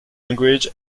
language